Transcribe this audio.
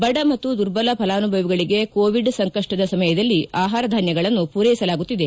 ಬಡ ಮತ್ತು ದುರ್ಬಲ ಫಲಾನುಭವಿಗಳಿಗೆ ಕೋವಿಡ್ ಸಂಕಷ್ಟದ ಸಮಯದಲ್ಲಿ ಆಹಾರ ಧಾನ್ಯಗಳನ್ನು ಮೂರೈಸಲಾಗುತ್ತಿದೆ